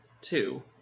two